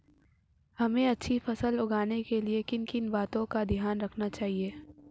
हमें अच्छी फसल उगाने में किन किन बातों का ध्यान रखना चाहिए?